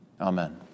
Amen